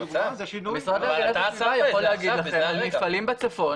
המשרד להגנת הסביבה יכול לספר לכם על מפעלים בצפון